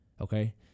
Okay